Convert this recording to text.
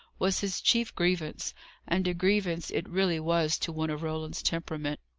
was his chief grievance and a grievance it really was to one of roland's temperament.